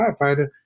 firefighter